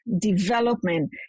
development